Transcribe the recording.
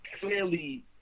clearly